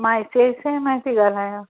मां I C I C I मां थी ॻाल्हायां